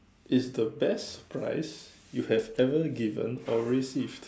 is the best prize you have ever given or received